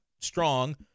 strong